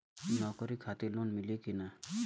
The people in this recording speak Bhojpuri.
नौकरी खातिर लोन मिली की ना?